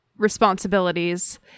responsibilities